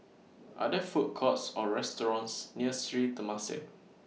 Are There Food Courts Or restaurants near Sri Temasek